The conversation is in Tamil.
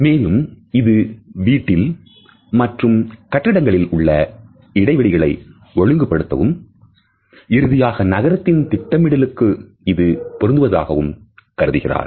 மேலும் இது வீட்டில் மற்றும் கட்டிடங்களில் உள்ள இடைவெளிகளை ஒழுங்குபடுத்தவும் இறுதியாக நகரத்தின் திட்டமிடலுக்கு இது பொருந்துவதாக கருதுகிறார்